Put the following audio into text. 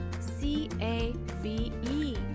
C-A-V-E